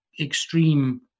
extreme